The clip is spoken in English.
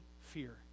fear